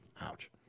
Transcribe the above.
ouch